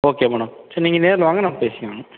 okay madam சரி நீங்கள் நேரில் வாங்க நம்ம பேசிக்கலாங்க